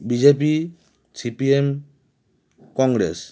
BJP CPM Congress